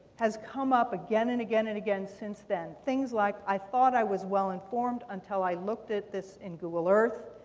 has come up again and again and again since then. things like, i thought i was well informed until i looked at this in google earth.